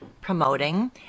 promoting